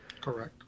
correct